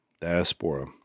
Diaspora